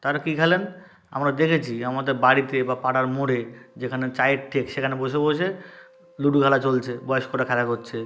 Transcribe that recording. তারা কী খেলেন আমরা দেখেছি আমাদের বাড়িতে বা পাড়ার মোড়ে যেখানে চায়ের ঠেক সেখানে বসে বসে লুডো খেলা চলছে বয়স্করা খেলা করছে